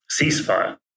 ceasefire